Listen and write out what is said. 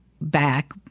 back